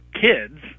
kids